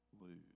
lose